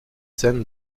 scènes